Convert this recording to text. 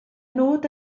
nod